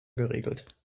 geregelt